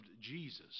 Jesus